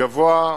גבוה,